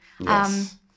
yes